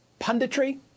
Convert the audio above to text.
Punditry